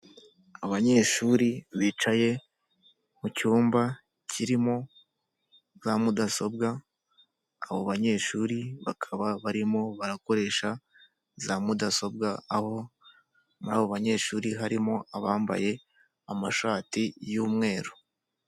Abanyeshuri bicaye mu cyumba kirimo za mudasobwa, abo banyeshuri bakaba barimo barakoresha za mudasobwa, aho muri abo banyeshuri harimo abambaye amashati y'umweru.